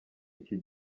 iki